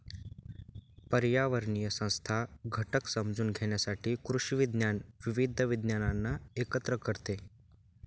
पर्यावरणीय संस्था घटक समजून घेण्यासाठी कृषी विज्ञान विविध विज्ञानांना एकत्र करते